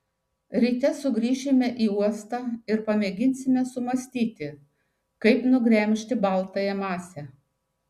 ryte sugrįšime į uostą ir pamėginsime sumąstyti kaip nugremžti baltąją masę